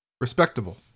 Respectable